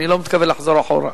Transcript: אני לא מתכוון לחזור אחורה.